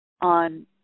on